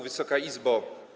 Wysoka Izbo!